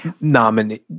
nominee